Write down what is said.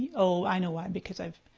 oh, i know why because i've,